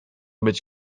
być